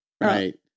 Right